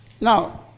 Now